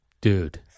Dude